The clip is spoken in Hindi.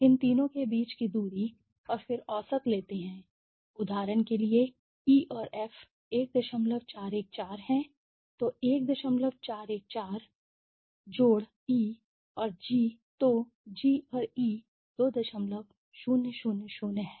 इन तीनों के बीच की दूरी और फिर औसत लेते हैं उदाहरण के लिए ई और एफ 1414है तो 1414 ई और जी तो जी और ई 2000 है